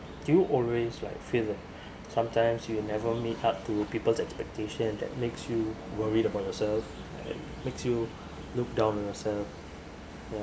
do you always like feel that sometimes you will never meet up to people's expectations that makes you worried about yourself makes you look down on yourself ya